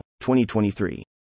2023